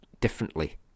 differently